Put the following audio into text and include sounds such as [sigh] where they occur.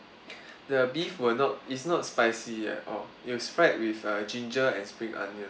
[breath] the beef were not it's not spicy at all it was fried with err ginger and spring onion